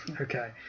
Okay